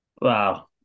Wow